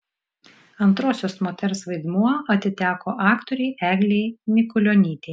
antrosios moters vaidmuo atiteko aktorei eglei mikulionytei